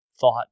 thought